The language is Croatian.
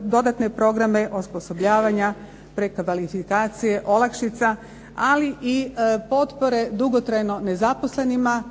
dodatne programe osposobljavanja, prekvalifikacije, olakšica ali i potpore dugotrajno nezaposlenima,